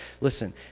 listen